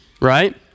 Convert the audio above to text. right